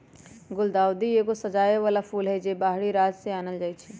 गुलदाऊदी एगो सजाबे बला फूल हई, जे बाहरी राज्य से आनल जाइ छै